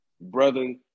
brother